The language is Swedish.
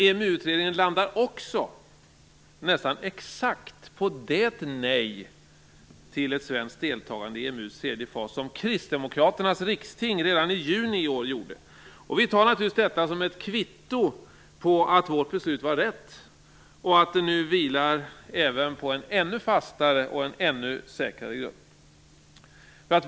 EMU utredningen landar också nästan exakt på det nej till svenskt deltagande i EMU:s tredje fas som Kristdemokraternas riksting redan i juni bestämde sig för. Vi tar detta som ett kvitto på att vårt beslut var rätt. Det vilar nu på en ännu fastare och säkrare grund.